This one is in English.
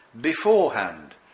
beforehand